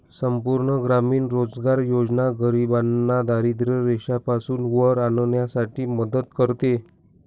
संपूर्ण ग्रामीण रोजगार योजना गरिबांना दारिद्ररेषेपासून वर आणण्यासाठी मदत करते